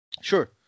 Sure